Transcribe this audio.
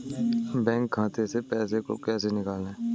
Bank खाते से पैसे को कैसे निकालें?